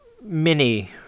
mini